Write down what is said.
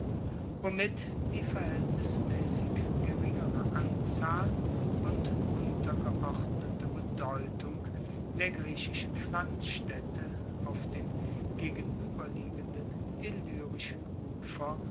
womit die verhaeltnismaessig geringere anzahl und untergeordnete bedeutung der griechischen pflanzstaedte auf dem gegenueberliegenden illyrischen ufer